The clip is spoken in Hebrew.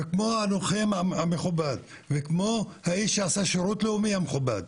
כמו הלוחם המכובד וכמו האיש שעשה שירות לאומי המכובד,